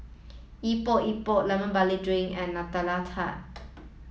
Epok Epok lemon barley drink and Nutella Tart